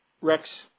Rex